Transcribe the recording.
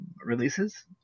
releases